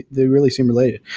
they really seem related.